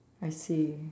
I see